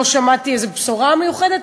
לא שמעתי איזו בשורה מיוחדת,